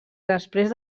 després